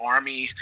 Army